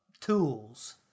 tools